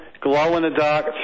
glow-in-the-dark